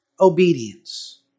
obedience